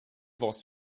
was